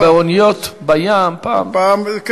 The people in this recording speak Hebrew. פעם באוניות בים, פעם, פעם אני, פעם אתה.